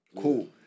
Cool